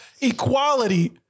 equality